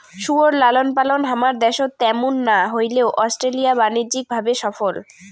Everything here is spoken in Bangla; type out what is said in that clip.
শুয়োর লালনপালন হামার দ্যাশত ত্যামুন না হইলেও অস্ট্রেলিয়া বাণিজ্যিক ভাবে সফল